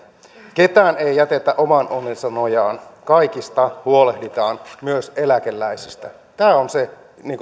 ketään ei ei jätetä oman onnensa nojaan kaikista huolehditaan myös eläkeläisistä tämä on se